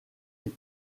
est